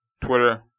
Twitter